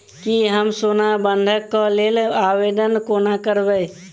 की हम सोना बंधन कऽ लेल आवेदन कोना करबै?